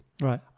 Right